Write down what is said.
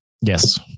yes